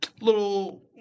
Little